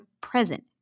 present